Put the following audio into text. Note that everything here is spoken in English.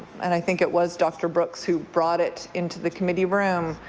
and i think it was dr. brocks who brought it into the committee room.